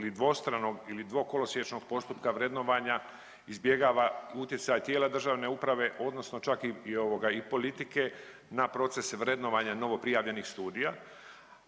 ili dvostranog ili dvokolosječnog postupka vrednovanja izbjegava utjecaj tijela državne uprave, odnosno čak i politike na proces vrednovanja novo prijavljenih studija.